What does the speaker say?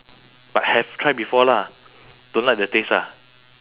but have try before lah don't like the taste ah